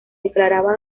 declaraba